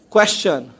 Question